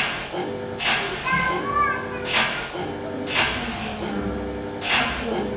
पचमां अखरोट